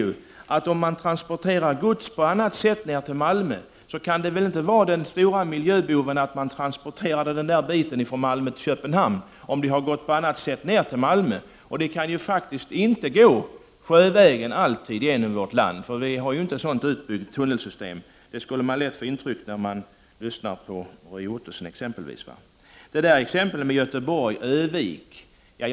Men om man transporterar gods på annat sätt ner till Malmö, kan väl inte den stora miljöboven vara att man transporterar godset på en bro mellan Malmö och Köpenhamn. Gods kan inte alltid gå sjövägen genom vårt land. Vi har inte sådant utbyggt system. Det intrycket kan man lätt få när man lyssnar på exempelvis Roy Ottosson. Ulla Tillander tog upp ett exempel med en transport från Göteborg till Örnsköldsvik.